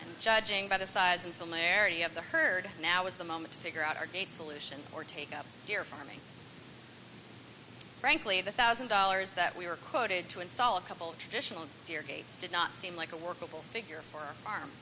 and judging by the size and familiarity of the herd now is the moment to figure out our date solution or take up your farming frankly the thousand dollars that we were quoted to install a couple of traditional gear gates did not seem like a workable figure for a